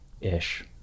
ish